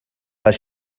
les